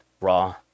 Raw